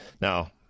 Now